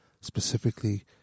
specifically